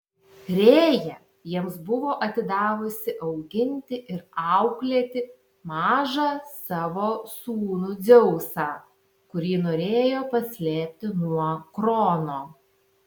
rėja jiems buvo atidavusi auginti ir auklėti mažą savo sūnų dzeusą kurį norėjo paslėpti nuo krono